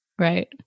Right